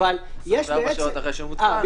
24 שעות אחרי שהוא מותקן.